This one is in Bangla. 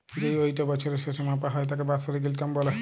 যেই আয়িটা বছরের শেসে মাপা হ্যয় তাকে বাৎসরিক ইলকাম ব্যলে